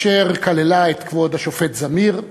אשר כללה את כבוד השופט זמיר,